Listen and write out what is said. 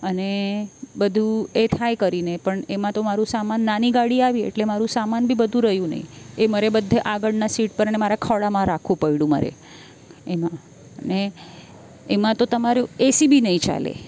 અને બધુ એ થાય કરીને પણ એમાં તો મારું સામાન નાની ગાડી આવી એટલે મારું સામાન બી બધુ રહ્યું નહીં એ મારે બધે આગળના સીટ પર ને મારા ખોળામાં રાખવું પડ્યું મારે એમાં અને એમાં તો તમારું એસી બી નહીં ચાલે